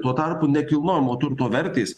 tuo tarpu nekilnojamo turto vertės